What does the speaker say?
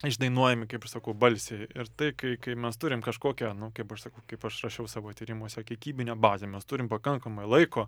išdainuojami kaip aš sakau balsiai ir tai kai kai mes turim kažkokią nu kaip aš sakau kaip aš rašiau savo tyrimuose kiekybinę bazę mes turim pakankamai laiko